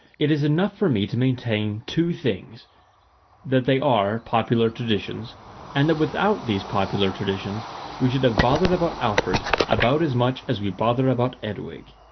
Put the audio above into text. it is enough for me to maintain two things that they are popular traditions and that without these popular traditions we should have bothered about alfred about as much as we bother about eadwig.